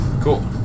Cool